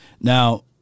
Now